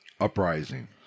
uprising